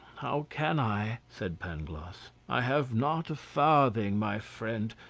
how can i? said pangloss, i have not a farthing, my friend,